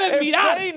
mirar